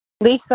Lisa